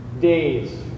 days